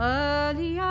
early